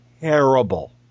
terrible